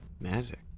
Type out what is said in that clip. Magic